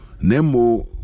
nemo